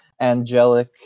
angelic